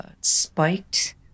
spiked